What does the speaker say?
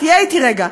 תהיה אתי רגע,